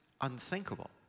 unthinkable